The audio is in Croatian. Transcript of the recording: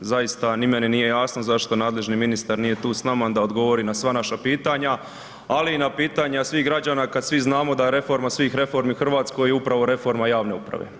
Zaista ni meni nije jasno zašto nadležni ministar nije tu s nama da odgovori na sva naša pitanja, ali i na pitanja svih građana kad svi znamo da je reforma svih reformi u Hrvatskoj upravo reforma javne uprave.